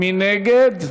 מי נגד?